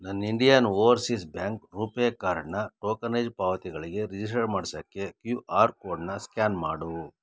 ನನ್ನ Indian Overseas Bank RuPay ಕಾರ್ಡ್ನ tokenised ಪಾವತಿಗಳಿಗೆ ರಿಜಿಸ್ಟರ್ ಮಾಡ್ಸೋಕ್ಕೆ ಕ್ಯೂ ಆರ್ ಕೋಡ್ನ ಸ್ಕ್ಯಾನ್ ಮಾಡು